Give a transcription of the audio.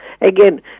Again